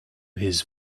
his